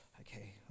okay